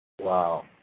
Wow